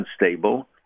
unstable